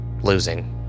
losing